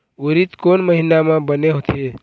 उरीद कोन महीना म बने होथे?